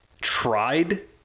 tried